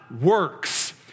works